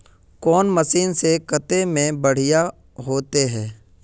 कौन मशीन से कते में बढ़िया होते है?